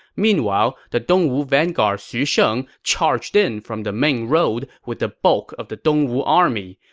meanwhile, the dongwu vanguard xu sheng charged in from the main road with the bulk of the dongwu army.